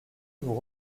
vous